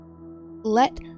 let